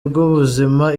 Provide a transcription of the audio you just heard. bw’ubuzima